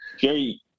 Jerry